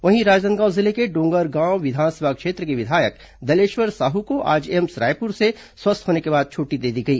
वहीं राजनांदगांव जिले के डोंगरगांव विधानसभा क्षेत्र के विधायक दलेश्वर साहू को आज रायपुर एम्स से स्वस्थ होने के बाद छुट्टी दे दी गई